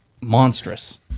monstrous